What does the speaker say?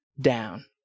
down